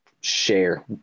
share